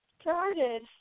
started